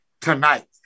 tonight